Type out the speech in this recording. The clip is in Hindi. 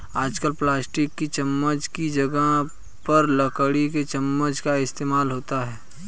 आजकल प्लास्टिक की चमच्च की जगह पर लकड़ी की चमच्च का इस्तेमाल होता है